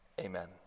Amen